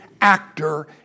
actor